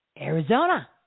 Arizona